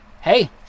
hey